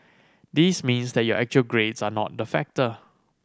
this means that your actual grades are not the factor